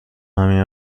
همین